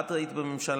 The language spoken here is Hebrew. את היית בממשלה,